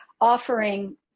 offering